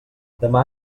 demà